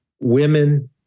women